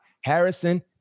Harrison